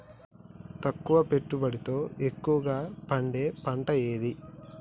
తక్కువ పెట్టుబడితో ఎక్కువగా పండే పంట ఏది?